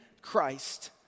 Christ